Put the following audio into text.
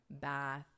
bath